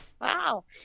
Wow